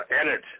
edit